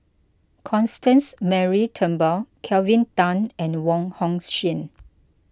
Constance Mary Turnbull Kelvin Tan and Wong Hong Suen